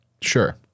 Sure